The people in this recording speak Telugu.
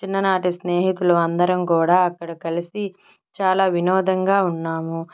చిన్న నాటి స్నేహితులు అందరం కూడా అక్కడ కలిసి చాలా వినోదంగా ఉన్నాము